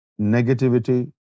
negativity